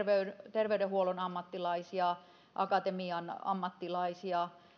terveydenhuollon ammattilaisia akatemian ammattilaisia